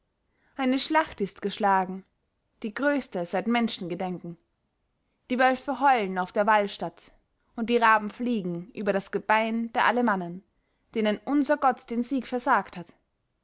eine schlacht ist geschlagen die größte seit menschengedenken die wölfe heulen auf der walstatt und die raben fliegen über das gebein der alemannen denen unser gott den sieg versagt hat